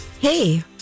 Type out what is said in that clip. hey